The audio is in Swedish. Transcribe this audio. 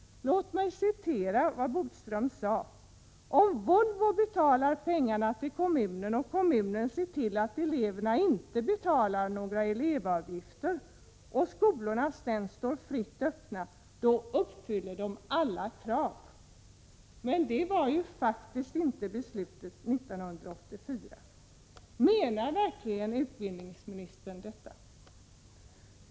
Låt mig återge vad Lennart Bodström sade: Om Volvo betalar pengarna till kommunen och kommunen ser till att eleverna inte betalar några elevavgifter och skolorna sedan står fritt öppna, då uppfyller de alla krav. Sådant var faktiskt inte beslutet 1984. Menar verkligen utbildningsministern detta?